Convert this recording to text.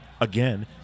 again